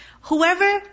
whoever